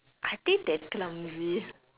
I think they're clumsy